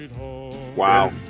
Wow